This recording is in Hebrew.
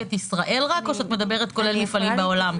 רק את ישראל או כולל מפעלים בעולם?